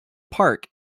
park